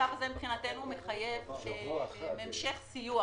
המצב הזה מבחינתנו מחייב המשך סיוע